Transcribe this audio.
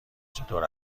چطور